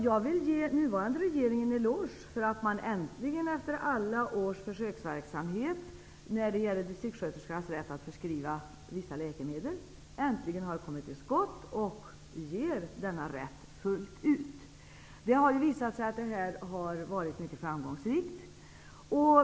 Jag vill ge den nuvarande regeringen en eloge för att man äntligen efter alla års försöksverksamhet när det gäller distriktssköterskans rätt att förskriva vissa läkemedel har kommit till skott och ger denna rätt fullt ut. Det har visat sig att det har varit mycket framgångsrikt.